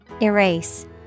Erase